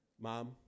Mom